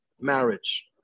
marriage